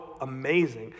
amazing